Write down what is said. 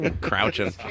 Crouching